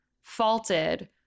faulted